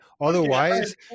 otherwise